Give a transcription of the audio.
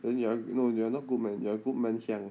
then you are no you are not good man hiang